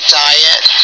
diet